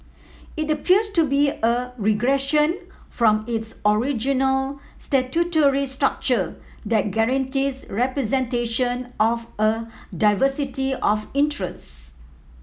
it appears to be a regression from its original statutory structure that guarantees representation of a diversity of interests